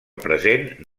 present